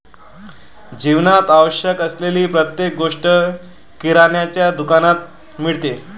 जीवनात आवश्यक असलेली प्रत्येक गोष्ट किराण्याच्या दुकानात मिळते